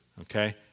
Okay